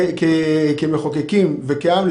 כמחוקקים וכעם,